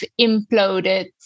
imploded